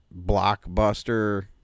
blockbuster